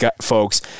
folks